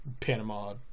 Panama